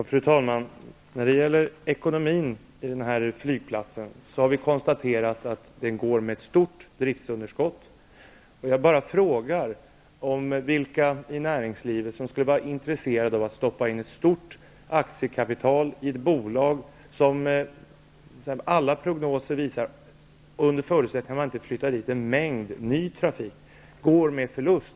Fru talman! Vi har konstaterat att denna flygplats går med ett stort driftsunderskott. Jag bara frågar vilka i näringslivet som skulle vara intresserade av att stoppa in ett stort aktiekapital i ett bolag som enligt alla prognoser går med förlust, under förutsättning att man inte flyttar mycket ny trafik till Bromma flygplats.